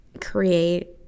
create